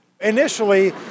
Initially